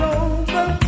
over